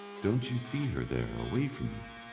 don't you see her there away from you?